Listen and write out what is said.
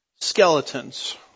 skeletons